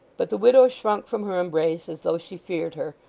but the widow shrunk from her embrace as though she feared her,